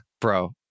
Bro